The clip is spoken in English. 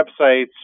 websites